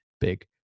big